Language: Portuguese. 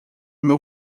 meu